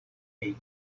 make